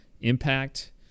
impact